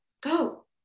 go